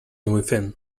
within